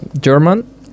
German